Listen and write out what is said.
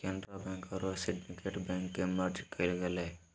Canara bank आरो Syndicate bank के मर्ज कइल गेलय